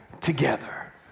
together